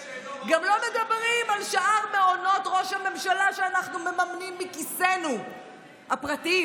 גם לא מדברים על שאר מעונות ראש הממשלה שאנחנו מממנים מכיסינו הפרטיים,